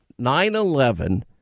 9-11